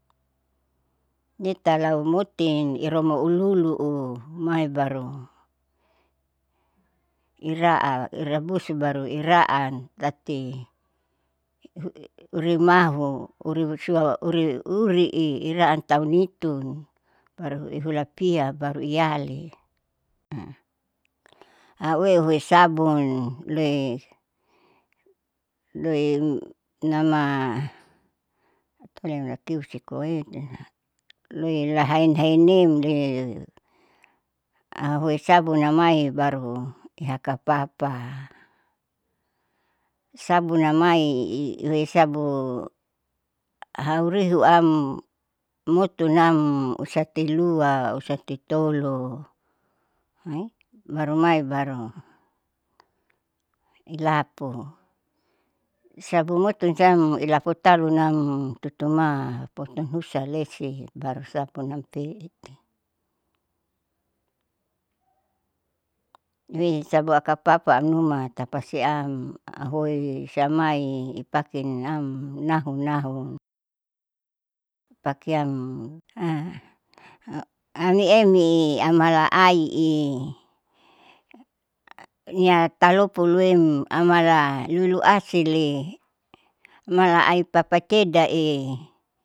Nitalau mutin iroma uluulu'u maibaru iraa irabusu baru iraan tati urimahu uriisua uri uri'i iraan taunitun, baru ihulapia baru iyali. haueue sabunle loinama lolinama kioste koaete, loilahamhamne ahoi sabun namai baru ihakapapa sabun namaii ihoi sabun haurihuam motunam usati lua usati toluhai baru mai baru ilapu. sabun motun siam ilaputalu nam tutuma potun husa lesi baru sabunnam peeti, nihue sabun akapapa amnuma tapasiam ahoi siammai ipakin amnahu nahu pakian amiemii amhalaai niatalopu luem amala luluasile amala aipapacedae.